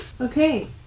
Okay